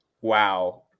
Wow